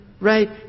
right